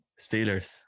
Steelers